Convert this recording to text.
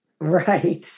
Right